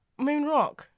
Moonrock